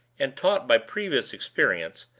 and, taught by previous experience,